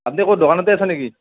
আপুনি ক'ত দোকানতে আছে নেকি